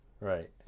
Right